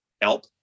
help